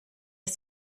das